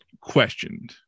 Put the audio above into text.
questioned